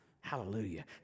Hallelujah